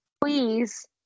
please